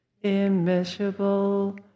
immeasurable